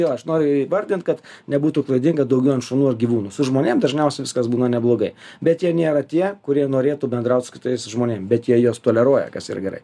jo aš noriu įvardint kad nebūtų klaidinga daugiau ant šunų ar gyvūnų su žmonėm dažniausia viskas būna neblogai bet jie nėra tie kurie norėtų bendraut su kitais žmonėm bet jie juos toleruoja kas yra gerai